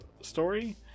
story